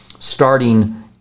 starting